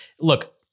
look